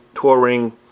touring